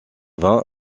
vin